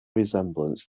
resemblance